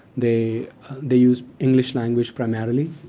they they use english language primarily,